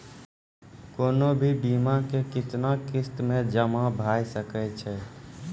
कोनो भी बीमा के कितना किस्त मे जमा भाय सके छै?